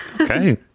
Okay